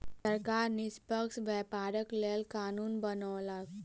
सरकार निष्पक्ष व्यापारक लेल कानून बनौलक